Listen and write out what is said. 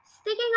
sticking